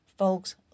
Folks